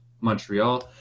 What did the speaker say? Montreal